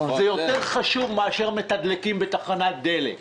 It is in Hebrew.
זה יותר חשוב מאשר מתדלקים בתחנות דלק.